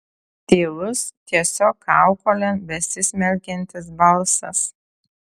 tylus tiesiog kaukolėn besismelkiantis balsas